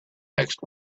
next